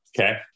Okay